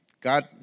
God